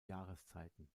jahreszeiten